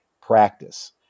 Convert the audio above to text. practice